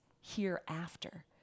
hereafter